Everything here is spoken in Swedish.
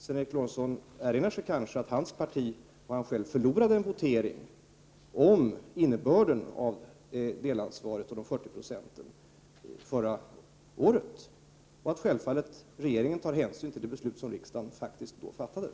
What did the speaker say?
Sven Eric Lorentzon erinrar sig kanske att hans parti och han själv förlorade en votering om innebörden av delansvaret och de 40 procenten förra året. Regeringen tar självfallet hänsyn till de beslut som riksdagen faktiskt har fattat.